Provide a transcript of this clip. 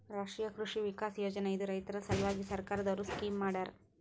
ರಾಷ್ಟ್ರೀಯ ಕೃಷಿ ವಿಕಾಸ್ ಯೋಜನಾ ಇದು ರೈತರ ಸಲ್ವಾಗಿ ಸರ್ಕಾರ್ ದವ್ರು ಸ್ಕೀಮ್ ಮಾಡ್ಯಾರ